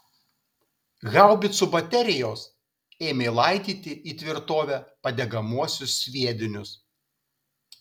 haubicų baterijos ėmė laidyti į tvirtovę padegamuosius sviedinius